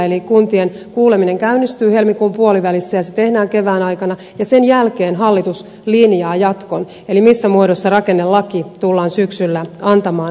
eli kuntien kuuleminen käynnistyy helmikuun puolivälissä ja se tehdään kevään aikana ja sen jälkeen hallitus linjaa jatkon eli sen missä muodossa rakennelaki tullaan syksyllä antamaan eduskunnalle